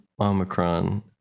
Omicron